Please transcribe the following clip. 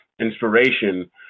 inspiration